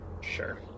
Sure